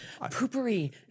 poopery